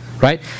right